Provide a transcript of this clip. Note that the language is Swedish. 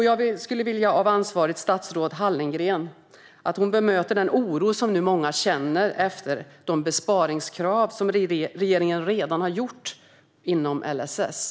Jag skulle vilja att ansvarigt statsråd, Hallengren, bemöter den oro som många nu känner efter de besparingskrav som regeringen redan har ställt inom LSS.